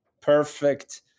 perfect